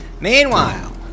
Meanwhile